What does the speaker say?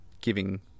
giving